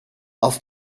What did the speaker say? auf